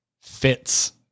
fits